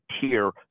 tier